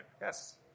yes